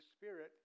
Spirit